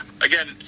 again